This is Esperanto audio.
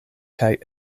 kaj